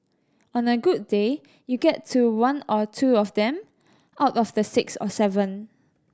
on a good day you get to one or two of them out of the six or seven